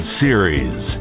series